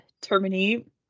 terminate